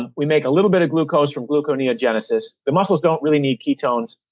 and we make a little bit of glucose from gluconeogenesis. the muscles don't really need ketones.